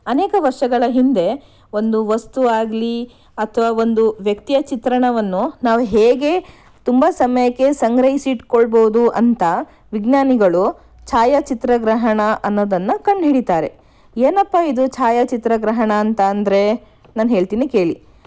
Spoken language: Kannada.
ಅನೇಕ ವರ್ಷಗಳ ಹಿಂದೆ ಒಂದು ವಸ್ತು ಆಗಲಿ ಅಥವಾ ಒಂದು ವ್ಯಕ್ತಿಯ ಚಿತ್ರಣವನ್ನು ನಾವು ಹೇಗೆ ತುಂಬ ಸಮಯಕ್ಕೆ ಸಂಗ್ರಹಿಸಿಟ್ಕೊಳ್ಬೋದು ಅಂತ ವಿಜ್ಞಾನಿಗಳು ಛಾಯಾಚಿತ್ರಗ್ರಹಣ ಅನ್ನೋದನ್ನು ಕಂಡು ಹಿಡೀತಾರೆ ಏನಪ್ಪ ಇದು ಛಾಯಾಚಿತ್ರಗ್ರಹಣ ಅಂತ ಅಂದರೆ ನಾನು ಹೇಳ್ತೀನಿ ಕೇಳಿ